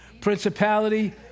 principality